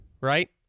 right